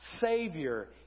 Savior